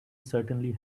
certainly